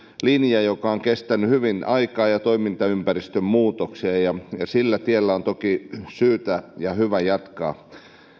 linja joka on kestänyt hyvin aikaa ja toimintaympäristön muutoksia ja sillä tiellä on toki syytä ja hyvä jatkaa